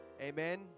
amen